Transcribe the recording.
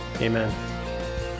Amen